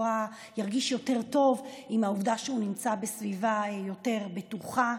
טוב עם העובדה שהוא נמצא בסביבה יותר בטוחה.